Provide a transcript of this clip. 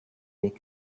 weg